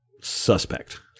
suspect